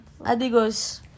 Adigos